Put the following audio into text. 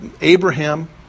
Abraham